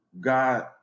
God